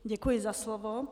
Děkuji za slovo.